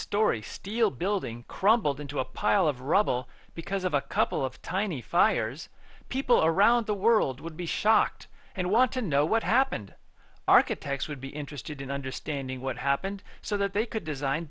story steel building crumbled into a pile of rubble because of a couple of tiny fires people around the world would be shocked and want to know what happened architects would be interested in understanding what happened so that they could design